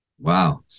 Wow